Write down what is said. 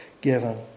given